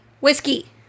whiskey